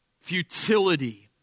futility